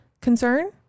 concern